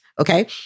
okay